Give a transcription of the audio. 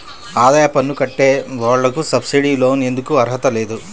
ఆదాయ పన్ను కట్టే వాళ్లకు సబ్సిడీ లోన్ ఎందుకు అర్హత లేదు?